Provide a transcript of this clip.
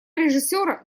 режиссера